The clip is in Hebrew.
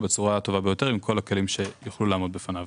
בצורה הטובה ביותר עם כל הכלים שיוכלו לעמוד בפניו.